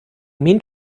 mean